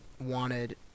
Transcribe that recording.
wanted